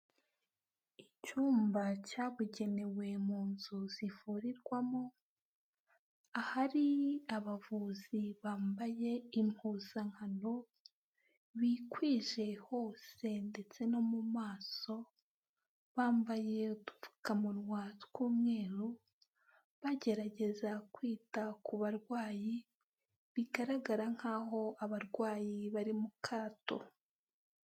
Icyumba cyabugenewe mu nzu zivurirwamo, ahari abavuzi bambaye impuzankano, bikwije hose ndetse no mu maso, bambaye udupfukamunwa tw'umweru, bagerageza kwita ku barwayi, bigaragara nk'aho abarwayi bari mu kato.